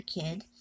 kid